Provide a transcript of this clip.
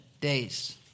days